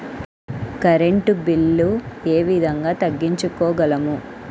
Current bill ఏ విధంగా తగ్గించుకోగలము?